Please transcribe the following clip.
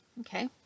Okay